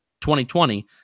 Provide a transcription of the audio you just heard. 2020